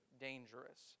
dangerous